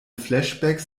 flashbacks